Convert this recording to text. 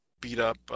beat-up